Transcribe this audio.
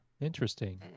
interesting